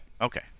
okay